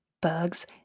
bugs